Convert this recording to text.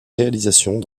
réalisations